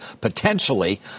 potentially